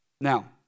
Now